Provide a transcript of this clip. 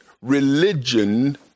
religion